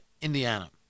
Indiana